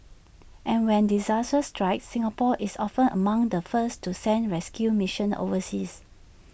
and when disaster strikes Singapore is often among the first to send rescue missions overseas